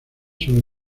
sobre